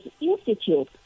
Institute